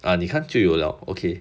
啊你看就有 liao okay